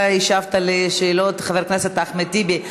אתה השבת על השאלות חבר הכנסת אחמד טיבי.